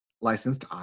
licensed